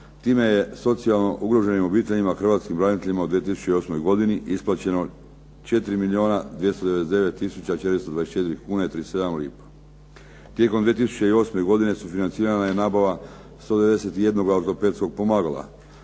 Time je socijalno ugroženim obiteljima hrvatskih branitelja u 2008. godini isplaćeno 4 milijuna 299 tisuća 424 kune 37 lipa. Tijekom 2008. godine sufinancirana je nabava 191 ortopedskog pomagala